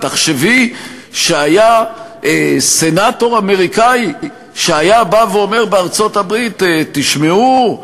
תחשבי שהיה סנטור אמריקני שהיה בא ואומר בארצות-הברית: תשמעו,